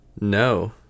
No